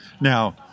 now